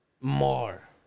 More